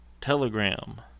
Telegram